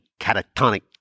Catatonic